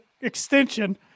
extension